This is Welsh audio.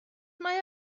mae